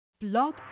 blog